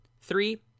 three